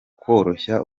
koroshya